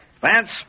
Vance